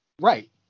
Right